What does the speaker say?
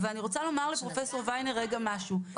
אני רוצה להגיד לפרופסור ויינר רגע משהו,